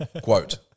Quote